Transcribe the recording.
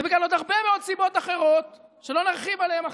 ובגלל עוד הרבה מאוד סיבות אחרות שלא נרחיב עליהן עכשיו.